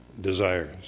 desires